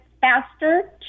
faster